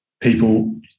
people